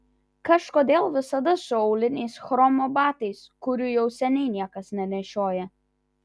kažkodėl visada su auliniais chromo batais kurių jau seniai niekas nenešioja